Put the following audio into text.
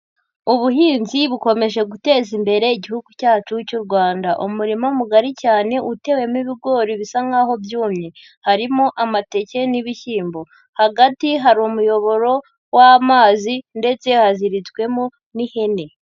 Ubuhinzi bukomeje guteza imbere Igihugu cyacu cy'u Rwanda, umurima mugari cyane utewemo ibigori bisa nkaho byumye, harimo amateke n'ibishyimbo, hagati hari umuyoboro w'amazi ndetse haziritswemo n'ihene.